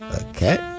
Okay